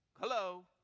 Hello